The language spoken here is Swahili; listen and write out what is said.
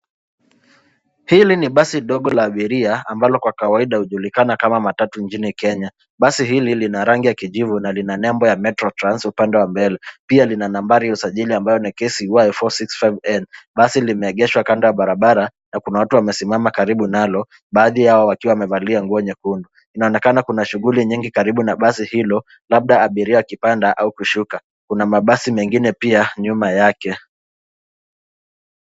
Hili ni basi dogo la abiria ambalo kwa kawaida hujulikana kama matatu nchini Kenya. Basi hili lina rangi ya kijivu na lina nembo ya metro trans upande wa mbele. Pia lina nambari ya usajili ambayo ni KCY 465N. Basi limeegeshwa kando ya barabara na kuna watu wamesimama karibu nalo baadhi yao wakiwa wamevalia nguo nyekundu. Inaonekana kuna shughuli nyingi karibu na basi hilo, labda abiria akipanda au kushuka. Kuna mabasi mengine pia nyuma yake.